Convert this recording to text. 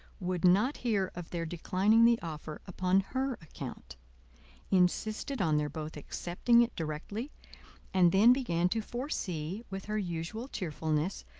would not hear of their declining the offer upon her account insisted on their both accepting it directly and then began to foresee, with her usual cheerfulness,